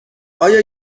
آیا